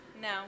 No